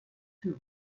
too